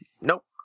Nope